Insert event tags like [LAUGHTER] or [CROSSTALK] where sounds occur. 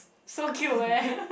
so cute eh [LAUGHS]